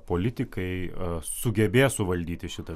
politikai sugebės suvaldyti šitą